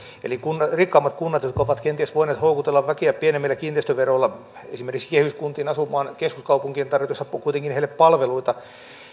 kun rikkaammat kunnat jotka ovat kenties voineet houkutella väkeä pienemmillä kiinteistöveroilla esimerkiksi kehyskunnat niihin asumaan keskuskaupunkien tarjotessa kuitenkin heille palveluita